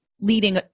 leading